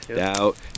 out